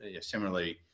similarly